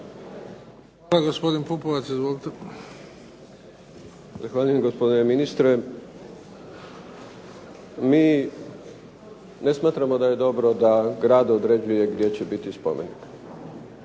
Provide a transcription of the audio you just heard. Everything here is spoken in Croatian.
**Pupovac, Milorad (SDSS)** Zahvaljujem gospodine ministre. Mi ne smatramo da je dobro da grad određuje gdje će biti spomenik,